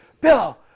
Bill